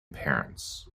parents